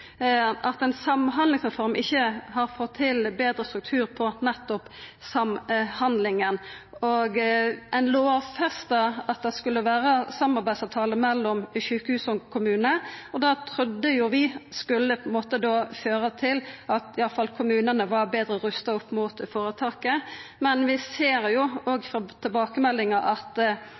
at ein samhandlingsreform ikkje har fått til betre struktur på nettopp samhandlinga. Ein lovfesta at det skulle vera samarbeidsavtale mellom sjukehus og kommune, og det trudde vi skulle på ein måte føre til at iallfall kommunane var betre rusta opp mot føretaket. Men vi ser òg frå tilbakemeldingar at